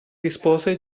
rispose